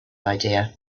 idea